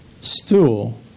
stool